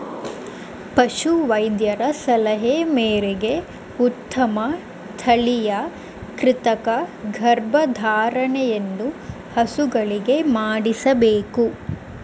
ಪಶು ವೈದ್ಯರ ಸಲಹೆ ಮೇರೆಗೆ ಉತ್ತಮ ತಳಿಯ ಕೃತಕ ಗರ್ಭಧಾರಣೆಯನ್ನು ಹಸುಗಳಿಗೆ ಮಾಡಿಸಬೇಕು